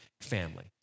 family